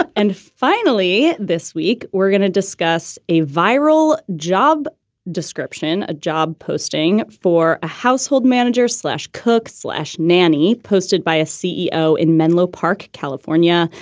and finally this week, we're gonna discuss a viral job description, a job posting for a household manager, slash cook, slash nanny. posted by a ceo in menlo park, california,